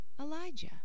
Elijah